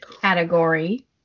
Category